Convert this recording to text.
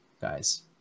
guys